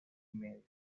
medio